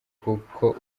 kuko